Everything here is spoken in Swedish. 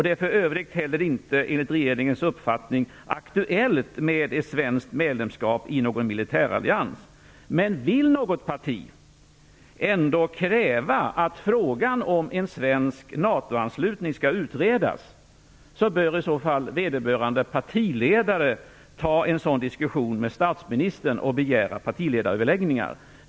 Det är för övrigt heller inte enligt regeringens uppfattning aktuellt med ett svenskt medlemskap i någon militärallians. Vill något parti ändå kräva att frågan om en svensk NATO-anslutning skall utredas bör i så fall vederbörande partiledare ta en sådan diskussion med statsministern och begära partiledaröverläggningar.